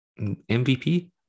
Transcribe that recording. MVP